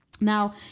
Now